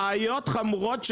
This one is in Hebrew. בעיות חמורות.